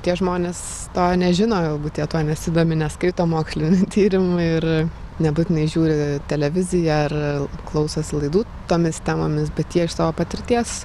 tie žmonės to nežino galbūt jie tuo nesidomi neskaito mokslinių tyrimų ir nebūtinai žiūri televiziją ar klausosi laidų tomis temomis bet jie iš savo patirties